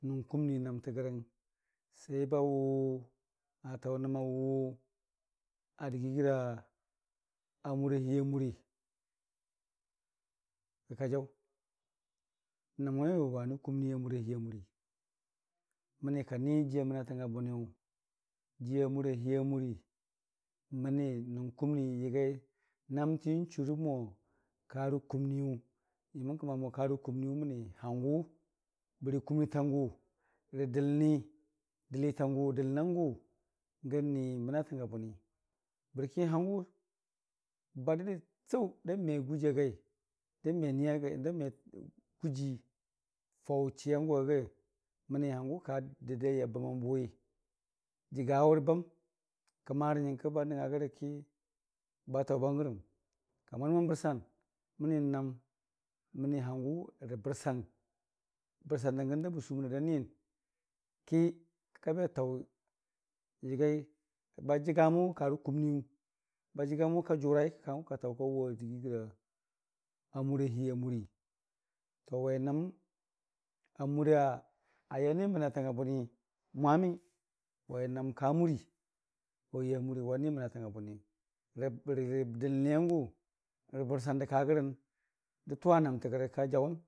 nʊng kumni nəmtə gərəng ba wʊʊ a taʊnʊm a wʊʊ a dəgii gəra mʊra lii amurii kəkajaʊ nəmwaiwe nən kunii amurahi amurii məni kani jiiya mənatanga bʊniyʊ, jii ammuralii amurii məni nung kumnii yəgai namti n'churəmo karə kumniyu məni mogangʊ bəri kumnintangʊ rə dəlni dəlitangʊ dəlnangʊ gəni mənatanga bʊni bərkang hangʊ ba dədai sau dame gujagai dame niya da me gujiifaʊ chiyangʊ agai məni gangʊ ka dədai a bəməmbʊ wi jəgawʊrə bam kəmərə nyəngkə ba nəngnga rəgaki bataʊ bangrəm ka mwamən bərsun məni n'nam məni n'gangʊ rə bərsan bəesan dangə da bəsuməna da nyən ki kʊkabe taʊ yəgai, ba jəgamən wʊ karə kumniiyu ba jəgamən wʊka jʊrai kən hangʊkataʊ kəkawʊ adəgii gəra amurii a hii amurii, wai nəm amura a yani mnatang a bʊni mwanii wai nəm ka murii ya murii yani mənatang a bʊniyʊ rə bərirə dəlni yangʊ rə bərsandə kagərən.